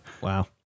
Wow